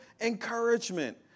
encouragement